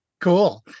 Cool